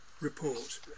report